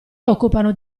occupano